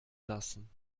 lassen